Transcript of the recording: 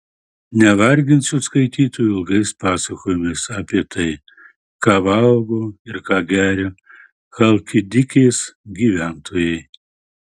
nevarginsiu skaitytojų ilgais pasakojimais apie tai ką valgo ir ką geria chalkidikės gyventojai